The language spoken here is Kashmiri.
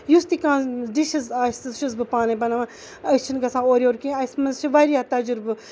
یُس تہِ کانہہ ڈِشز آسہِ سُہ چھَس بہٕ پانٕے بَناوان أسۍ چھِ نہٕ گژھان اورٕ یور کانہہ اَسہِ منٛز چھُ واریاہ تَجرُبہٕ